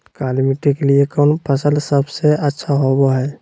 काली मिट्टी के लिए कौन फसल सब से अच्छा होबो हाय?